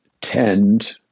tend